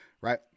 Right